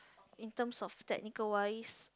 in terms of technical wise